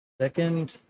second